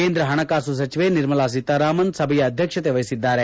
ಕೇಂದ್ರ ಪಣಕಾಸು ಸಚಿವೆ ನಿರ್ಮಲಾ ಸೀತಾರಾಮನ್ ಸಭೆಯ ಅಧ್ಯಕ್ಷತೆ ವಹಿಸಿದ್ದಾರೆ